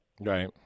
Right